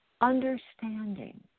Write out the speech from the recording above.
understanding